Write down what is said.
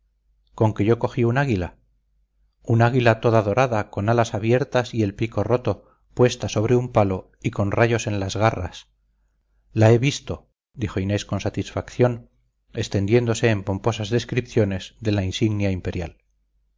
águila conque yo cogí un águila un águila toda dorada con las alas abiertas y el pico roto puesta sobre un palo y con rayos en las garras la he visto dijo inés con satisfacción extendiéndose en pomposas descripciones de la insignia imperial